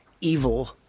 Evil